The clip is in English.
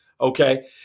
okay